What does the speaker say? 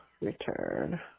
return